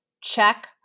Check